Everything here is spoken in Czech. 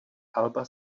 alba